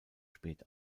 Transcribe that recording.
spät